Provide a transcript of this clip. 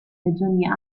regioni